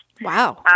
Wow